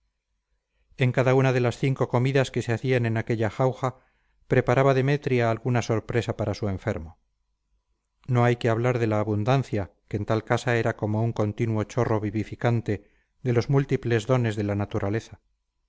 en cada una de las cinco comidas que se hacían en aquella jauja preparaba demetria alguna sorpresa para su enfermo no hay que hablar de la abundancia que en tal casa era como un continuo chorro vivificante de los múltiples dones de la naturaleza